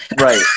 Right